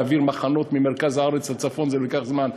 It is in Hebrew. להעביר מחנות ממרכז הארץ לצפון, זה ייקח זמן.